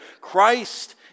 Christ